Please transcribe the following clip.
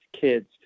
kids